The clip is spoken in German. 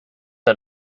der